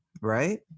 right